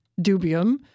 dubium